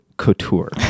Couture